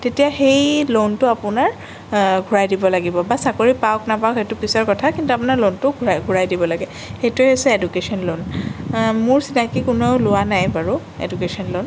তেতিয়া সেই লোণটো আপোনাৰ ঘূৰাই দিব লাগিব বা চাকৰি পাওক নাপাওক সেইটো পিছৰ কথা কিন্তু আপোনাৰ লোণটো ঘূৰাই ঘূৰাই দিব লাগে সেইটোৱেই হৈছে এডুকশ্য়ন লোণ মোৰ চিনাকী কোনেও লোৱা নাই বাৰু এডুকশ্য়ন লোণ